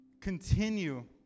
continue